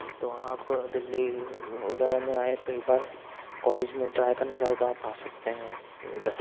تو وہاں پر آپ دلّی وغیرہ میں آئیں تو ایک بار کالج میں ٹرائی کرنا چاہتے ہیں تو آپ آ سکتے ہیں ادھر